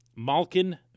Malkin